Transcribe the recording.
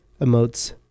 emotes